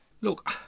Look